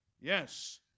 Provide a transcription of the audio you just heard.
Yes